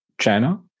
China